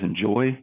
enjoy